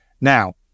Now